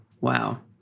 Wow